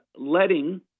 letting